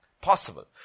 possible